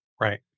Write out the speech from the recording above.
Right